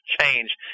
change